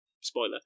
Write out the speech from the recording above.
spoiler